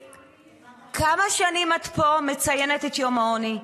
--- כמה שנים את מציינת פה את יום העוני?